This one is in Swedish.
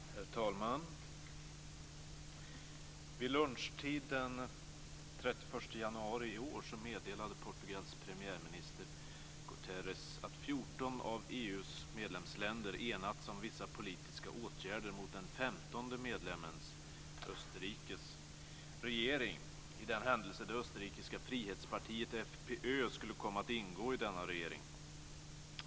Herr talman! Vid lunchtid den 31 januari i år meddelade Portugals premiärminister Guterres att 14 av EU:s medlemsländer enats om vissa politiska åtgärder mot den 15:e medlemmens, Österrikes, regering för den händelse att det österrikiska frihetspartiet FPÖ skulle komma att ingå i denna regering.